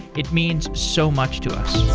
it means so much to us